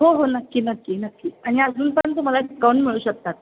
हो हो नक्की नक्की नक्की आणि अजून पण तुम्हाला डिस्काउंट मिळू शकतात